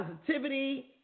positivity